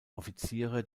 offiziere